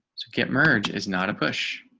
to get merged is not a push.